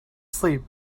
sleep